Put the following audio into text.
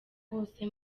bose